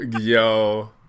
Yo